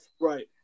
right